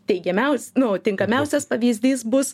teigiamiaus nu tinkamiausias pavyzdys bus